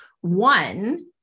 one